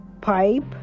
pipe